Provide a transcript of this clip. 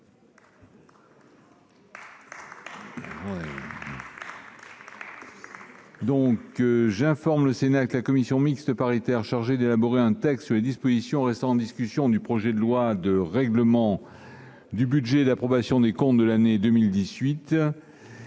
J'informe le Sénat que la commission mixte paritaire chargée d'élaborer un texte sur les dispositions restant en discussion du projet de loi de règlement du budget et d'approbation des comptes de l'année 2018